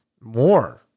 more